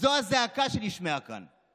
זו הזעקה שנשמעה כאן.